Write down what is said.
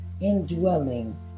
indwelling